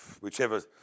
whichever